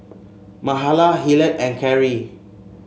Mahala Hillard and Carry